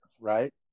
right